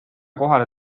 kohale